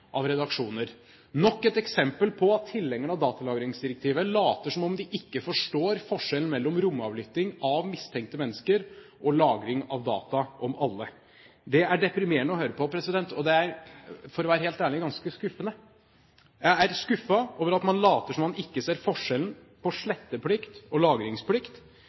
av redaksjoner. Dette er nok et eksempel på at tilhengerne av datalagringsdirektivet later som om de ikke forstår forskjellen mellom romavlytting av mistenkte mennesker og lagring av data om alle. Det er deprimerende å høre på, og for å være helt ærlig er det ganske skuffende. Jeg er skuffet over at man later som om man ikke ser forskjellen på sletteplikt og lagringsplikt.